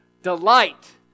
Delight